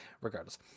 Regardless